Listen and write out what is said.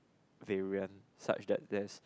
durian such that this